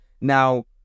Now